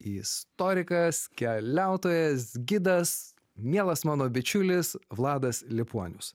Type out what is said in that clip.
istorikas keliautojas gidas mielas mano bičiulis vladas liepuonius